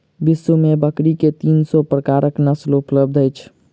विश्व में बकरी के तीन सौ प्रकारक नस्ल उपलब्ध अछि